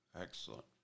Excellent